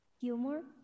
Gilmore